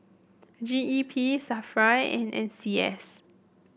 G E P Safra and N C S